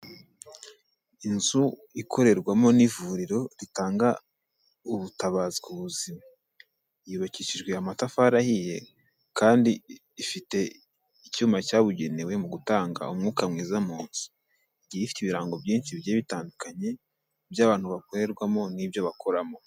Inzu ikorerwamo n'ivuriro ritanga ubutabazi ku buzima, yubakishijwe amatafari ahiye kandi ifite icyuma cyabugenewe mu gutanga umwuka mwiza mu nzu, igiye ifite ibirango byinshi bigiye bitandukanye by'abantu bakorerwamo n'ibyo bakoramo.